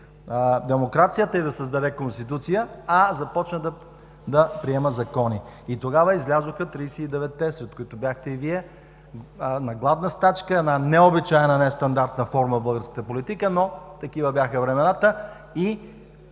демокрацията и да създаде Конституция, а започна да приема закони. Тогава излязоха 39-те, сред които бяхте и Вие, на гладна стачка – необичайна, нестандартна форма в българската политика, но такива бяха времената.